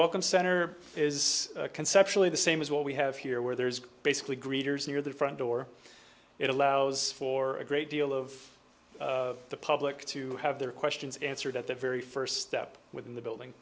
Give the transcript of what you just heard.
welcome center is conceptually the same as what we have here where there's basically greeters near the front door it allows for a great deal of the public to have their questions answered at the very first step within the building